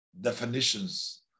definitions